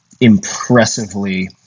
impressively